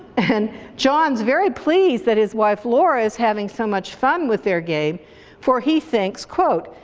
and john's very pleased that his wife laura is having so much fun with their game for he thinks, quote,